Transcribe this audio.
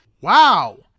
Wow